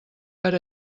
per